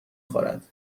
خورد